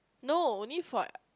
no only for